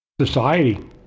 society